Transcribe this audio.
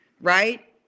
right